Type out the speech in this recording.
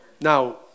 Now